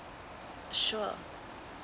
sure